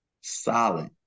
solid